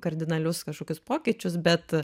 kardinalius kažkokius pokyčius bet